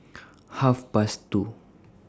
Half Past two